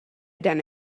done